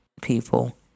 people